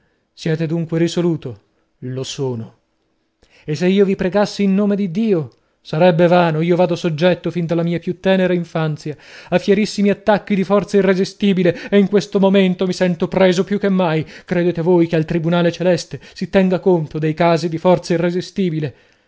siete dunque risoluto lo sono e se io vi pregassi in nome di dio sarebbe vano io vado soggetto fin dalla mia più tenera infanzia a fierissimi attacchi di forza irresistibile e in questo momento mi sento preso più che mai credete voi che al tribunale celeste si tenga conto dei casi di forza irresistibile